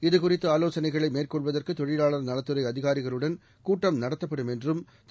இது குறித்துஆலோசனைகளைமேற்கொள்வதற்குதொழிலாளர் நலத்துறைஅதிகாரிகளுடன் கூட்டம் நடத்தப்படும் என்றும் திரு